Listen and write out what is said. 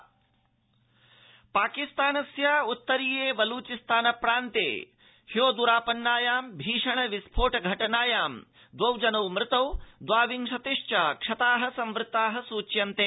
पाकिस्तानम् विस्फोट पाकिस्तानस्य उत्तरीये बलूचिस्तान प्रान्ते ह्यो द्रापन्नायां भीषण विस्फोट घटनायां द्वौ जनौ मृतौ द्वा विंशतिश्व क्षताः संवृताः सूच्यन्ते